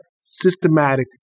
systematic